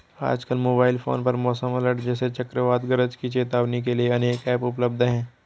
आजकल mobile phone पर मौसम अलर्ट जैसे चक्रवात गरज की चेतावनी के लिए अनेक ऐप उपलब्ध है